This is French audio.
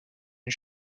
une